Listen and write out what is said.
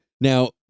Now